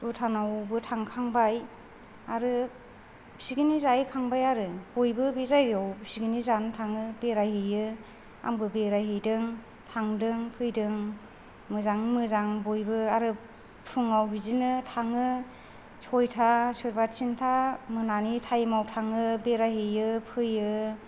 भुटानावबो थांखांबाय आरो पिकनिक जाहैखांबाय आरो बयबो बे जायगायाव पिकनिक जानो थाङो बेरायहैयो आंबो बेरायहैदों थांदों फैदों मोजाङै मोजां बयबो आरो फुङाव बिदिनो थाङो सयथा सोरबा तिनथा मोनानि टाइम आव थाङो बेरायहैयो फैयो